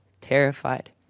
terrified